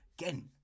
Again